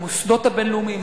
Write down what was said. המוסדות הבין-לאומיים,